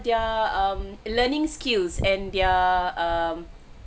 their um learning skills and their um